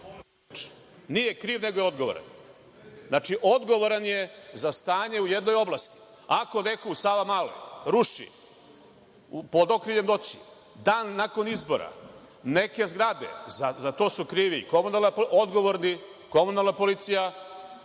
Nije kriv, nego je odgovoran. Znači, odgovoran je za stanje u jednoj oblasti. Ako neko u Savamaloj ruši, pod okriljem noći, dan nakon izbora, neke zgrade, za to su krivi, odgovorni, komunalna policija,